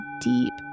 deep